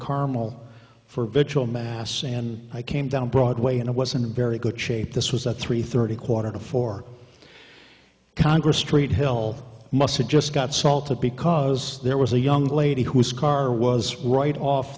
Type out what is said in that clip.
carmel for visual mass and i came down broadway and i was in a very good shape this was at three thirty quarter to four congress st hill must have just got salted because there was a young lady whose car was right off